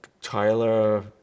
Tyler